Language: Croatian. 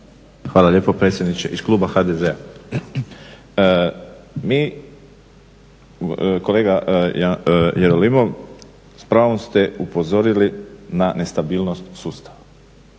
Hvala lijepo predsjedniče, iz kluba HDZ-a. Kolega Jerolimov, s pravom ste upozorili na nestabilnost sustava.